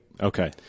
Okay